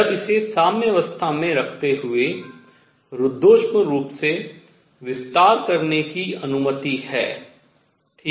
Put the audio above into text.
जब इसे साम्यावस्था में रखते हुए रुद्धोष्म रूप से विस्तार करने की अनुमति है ठीक है